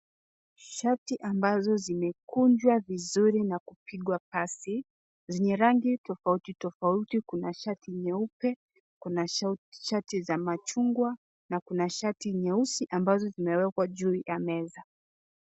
Shati ambazo zimekunjwa vizuri na kupigwa pasi zenye rangi tofauti tofauti. Kuna shati nyeupe, kuna shati za machungwa na kuna shati nyeusi ambazo zimewekwa juu ya meza.